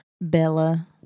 Bella